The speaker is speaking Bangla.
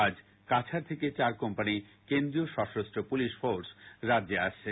আজ কাছার থেকে চার কোম্পানি কেন্দ্রীয় স্বশস্ত্র পুলিশ ফোর্স রাজ্যে আসছে